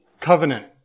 covenant